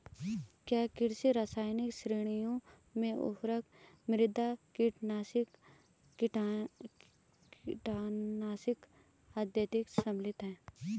क्या कृषि रसायन श्रेणियों में उर्वरक, मृदा कंडीशनर, कीटनाशक इत्यादि शामिल हैं?